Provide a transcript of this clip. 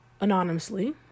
anonymously